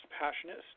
passionate